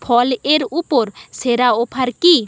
ফল এর উপর সেরা অফার কী